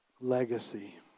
legacy